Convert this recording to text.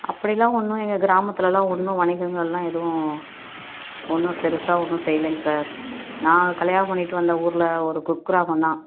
அப்படியெல்லாம் ஒன்றும் எங்கள் கிராமத்தெல்லலாம் ஒன்றும் வணிகங்கெள்ல்லாம் எதுவும் ஒன்றும் பெருசாக ஒன்றும் செய்லைங்க சார் நான் கல்யாண பண்ணிகிட்டு வந்த ஊரில் ஒரு குக் கிராமம் தான்